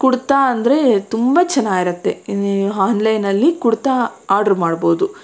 ಕುಡ್ತಾ ಅಂದರೆ ತುಂಬ ಚೆನ್ನಾಗಿರತ್ತೆ ಇನೀ ಆನ್ಲೈನಲ್ಲಿ ಕುಡ್ತಾ ಆರ್ಡ್ರ್ ಮಾಡ್ಬೋದು